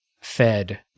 fed